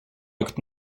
écoute